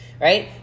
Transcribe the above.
Right